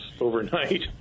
overnight